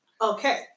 okay